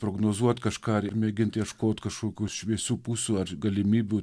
prognozuot kažką ar mėgint ieškot kažkokių šviesių pusių ar galimybių